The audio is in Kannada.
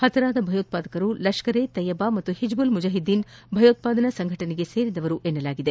ಪತರಾದ ಭಯೋತ್ತಾದಕರು ಲಷ್ಕರ್ ಇ ತೊಯ್ಲಾ ಹಾಗೂ ಹಿಜ್ಬುಲ್ ಮುಜಾಹಿದ್ದೀನ್ ಭಯೋತ್ತಾದನಾ ಸಂಘಟನೆಗೆ ಸೇರಿದವರು ಎನ್ನಲಾಗಿದೆ